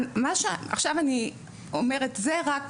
עכשיו אני אומרת, זה רק